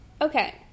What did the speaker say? Okay